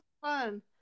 fun